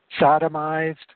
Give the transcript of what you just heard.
sodomized